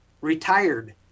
retired